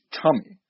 tummy